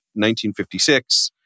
1956